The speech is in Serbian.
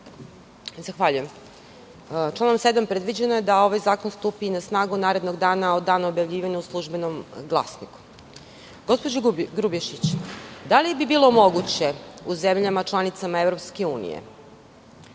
Zahvaljujem. Članom 7. predviđeno je da ovaj zakon stupi na snagu narednog dana od dana objavljivanja u "Službenom glasniku". Gospođo Grubješić, da li bi bilo moguće u zemljama članicama EU da